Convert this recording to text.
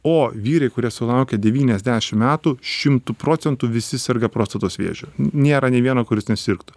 o vyrai kurie sulaukia devyniasdešim metų šimtu procentų visi serga prostatos vėžiu nėra nė vieno kuris nesirgtų